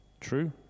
True